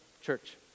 church